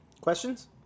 Questions